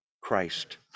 Christ